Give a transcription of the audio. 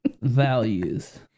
Values